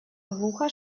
глухо